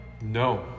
No